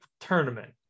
tournament